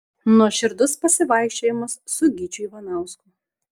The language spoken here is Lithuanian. nuoširdus pasivaikščiojimas su gyčiu ivanausku